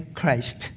Christ